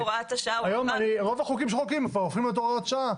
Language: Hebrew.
היום רוב החוקים שמחוקקים הופכים להיות הוראת שעה.